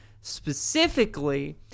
specifically